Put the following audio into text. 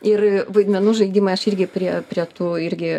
ir vaidmenų žaidimai aš irgi prie prie tų irgi